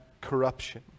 corruption